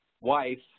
wife